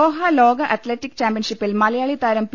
Doha ലോക athletic ചാംപ്യൻഷിപ്പിൽ മലയാളി താരം പി